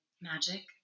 magic